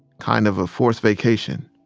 kind of a forced vacation.